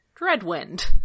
Dreadwind